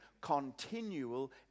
continual